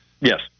Yes